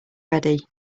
ready